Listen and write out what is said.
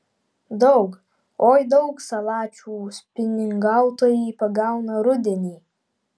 daug oi daug salačių spiningautojai pagauna rudenį